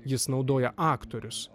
jis naudoja aktorius